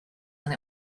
and